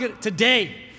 today